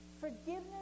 Forgiveness